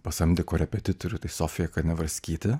pasamdė korepetitorių tai sofija kanaverskytė